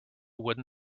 wooden